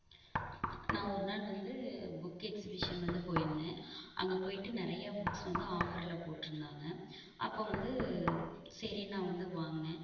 நான் ஒரு நாள் வந்து புக் எக்ஸிபிஷன் வந்து போயிருந்தேன் அங்கே போயிட்டு நிறையா புக்ஸ் வந்து ஆஃபரில் போட்டிருந்தாங்க அப்போ வந்து சரின்னு நான் வந்து வாங்கினேன்